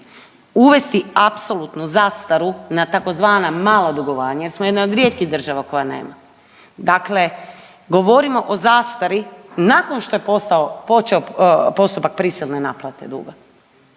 uvesti apsolutnu zastaru na tzv. mala dugovanja jer smo jedna od rijetkih država koja nema, dakle govorimo o zastari nakon što je postao, počeo postupak prisilne naplate duga